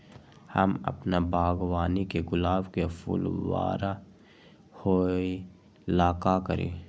हम अपना बागवानी के गुलाब के फूल बारा होय ला का करी?